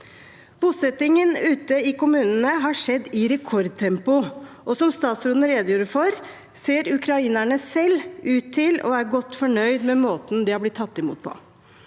Bosettingen ute i kommunene har skjedd i rekordtempo, og som statsråden redegjorde for, ser ukrainerne selv ut til å være godt fornøyd med måten de har blitt tatt imot på.